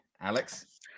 alex